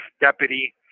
deputy